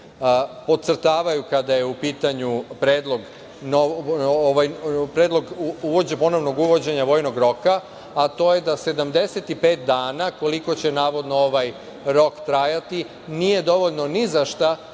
pocrtavaju kada je u pitanju predlog ponovnog uvođenja vojnog roka, a to je da 75 dana, koliko će navodno ovaj rok trajati, nije dovoljno ni za šta,